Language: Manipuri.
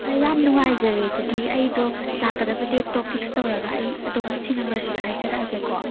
ꯑꯩ ꯌꯥꯝ ꯅꯨꯡꯉꯥꯏꯖꯔꯦ ꯑꯗꯨꯗꯤ ꯑꯩꯗꯣ ꯂꯥꯛꯀꯗꯕ ꯗꯦꯠꯇꯣ ꯐꯤꯛꯁ ꯇꯧꯔꯒ ꯑꯩ ꯑꯗꯨꯝ ꯁꯤ ꯅꯝꯕꯔꯁꯤꯗ ꯍꯥꯏꯖꯔꯛꯑꯒꯦꯀꯣ